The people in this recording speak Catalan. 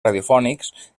radiofònics